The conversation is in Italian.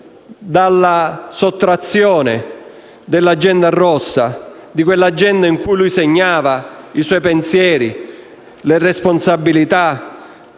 dalla sottrazione dell'agenda rossa, quell'agenda in cui egli segnava i suoi pensieri, le responsabilità